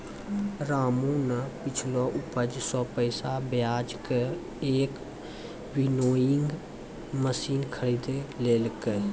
रामू नॅ पिछलो उपज सॅ पैसा बजाय कॅ एक विनोइंग मशीन खरीदी लेलकै